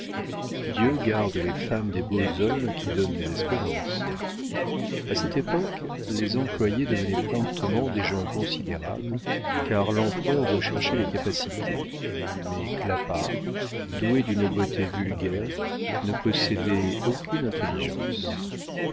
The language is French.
dieu garde les femmes des beaux hommes qui donnent des espérances a cette époque les employés devenaient promptement des gens considérables car l'empereur recherchait les capacités mais clapart doué d'une beauté vulgaire ne possédait aucune intelligence